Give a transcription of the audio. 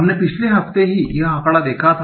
हमने पिछले हफ्ते ही यह आंकड़ा देखा था